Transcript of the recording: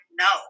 no